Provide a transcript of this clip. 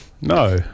No